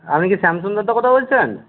আপনি কি শ্যামসুন্দরদা কথা বলছেন